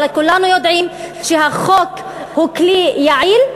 אבל כולנו יודעים שהחוק הוא כלי יעיל,